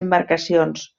embarcacions